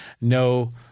no